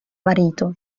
marito